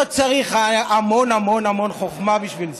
לא צריך המון המון המון חוכמה בשביל זה.